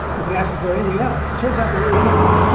you could ask, is there anything else, it turns out there is not,